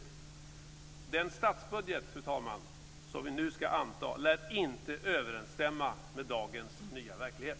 Den statsbudget som vi nu ska anta lär inte överensstämma med dagens nya verklighet.